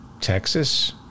Texas